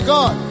God